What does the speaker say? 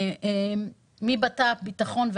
ממשרד לביטחון פנים,